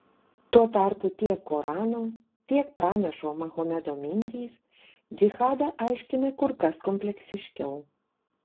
tuo tarpu tiek korano tiek pranašo mahometo mintys džihadą aiškina kur kas kompleksiškiau